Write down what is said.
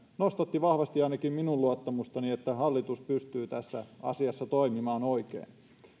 nostatti vahvasti ainakin minun luottamustani siihen että hallitus pystyy tässä asiassa toimimaan oikein